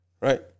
right